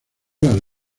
las